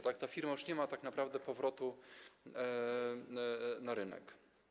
Dla takiej firmy już nie ma tak naprawdę powrotu na rynek.